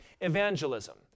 evangelism